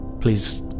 Please